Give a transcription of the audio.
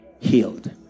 healed